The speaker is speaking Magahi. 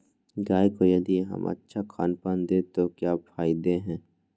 गाय को यदि हम अच्छा खानपान दें तो क्या फायदे हैं?